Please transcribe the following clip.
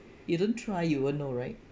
you don't try you won't know right